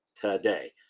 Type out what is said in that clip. today